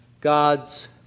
God's